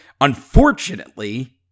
unfortunately